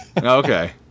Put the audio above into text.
Okay